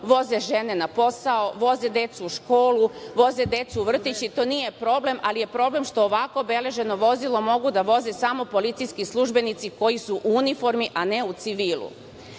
voze žene na posao, voze decu u školu, voze decu u vrtić i to nije problem, ali je problem što ovako obeleženo vozilo mogu da voze samo policijski službenici koji su u uniformi, a ne u civilu. Zatim,